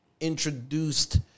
Introduced